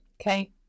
Okay